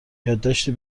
یادداشتی